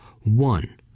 one